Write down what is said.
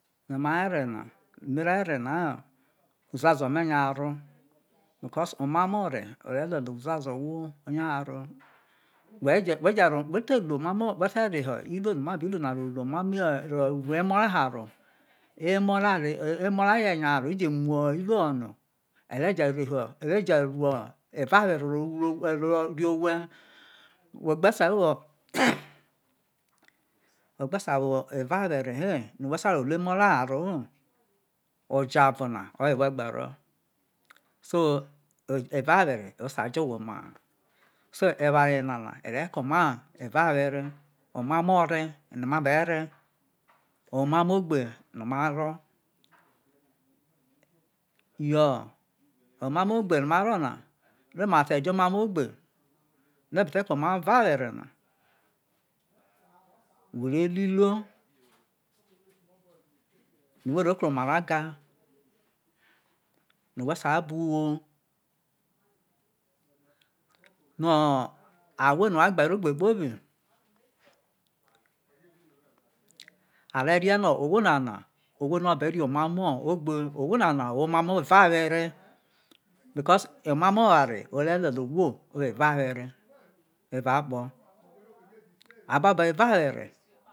Emu no emu no are re na ho uzuazo me nya haro because oma mo ore o re le ve uzuazo owho nya haro we je we te lu omamo we te reho iruo no ma bi lu na ro luo omamo ruō e ma ha ro emo ra je nya haro eje muo iruo ho no ere je reho ore je eva ware ro ro rua ogbesa, wo ogbe sai wo eva ware he no whe gbe sai ruō enro ra ho ro ho oja ovono oye whe gbe ro so eware ye na ore ko omai eva were omamo ore no ma be re omamo ogbe no maro na re ma te jo omamo ogbe no obe te ko omai eva were na whe re ru iruo no whe ro kru oma ra ga yo whe sai bo uwo yo ahwo no a gbe ro ogbe kpobi a re rie no owho nana owho obe ria omamo ogbe owho nana owo omamo evawere because emo mo oware o re lelie owho ivo evawere evao akpo ababo evawere.